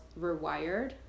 Rewired